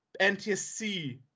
NTSC